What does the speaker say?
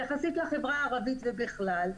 יחסית לחברה הערבית ובכלל,